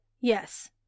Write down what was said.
Yes